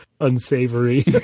unsavory